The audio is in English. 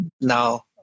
now